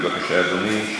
בבקשה, אדוני.